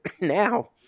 now